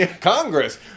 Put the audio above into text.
Congress